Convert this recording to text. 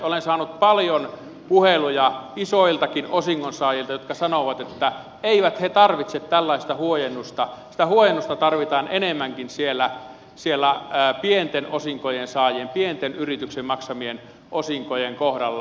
olen saanut paljon puheluja isoiltakin osingonsaajilta jotka sanovat että eivät he tarvitse tällaista huojennusta sitä huojennusta tarvitaan enemmänkin siellä pienten osinkojen saajien pienten yritysten maksamien osinkojen kohdalla